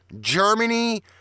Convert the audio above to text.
Germany